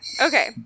okay